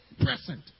present